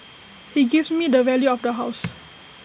he gives me the value of the house